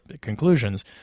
conclusions